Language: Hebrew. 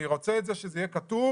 אני רוצה שיהיה כתוב